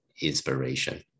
inspiration